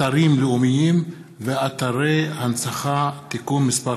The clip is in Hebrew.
אתרים לאומיים ואתרי הנצחה (תיקון מס'